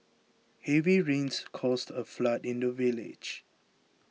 heavy rains caused a flood in the village